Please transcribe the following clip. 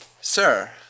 Sir